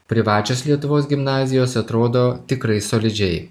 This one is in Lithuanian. privačios lietuvos gimnazijos atrodo tikrai solidžiai